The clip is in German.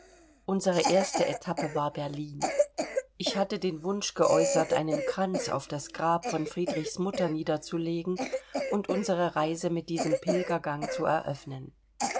unsere erste etappe war berlin ich hatte den wunsch geäußert einen kranz auf das grab von friedrichs mutter niederzulegen und unsere reise mit diesem pilgergang zu eröffnen